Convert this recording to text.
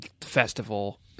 festival